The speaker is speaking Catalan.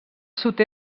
sud